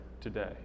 today